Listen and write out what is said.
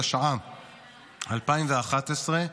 התשע"א 2011,